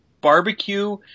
barbecue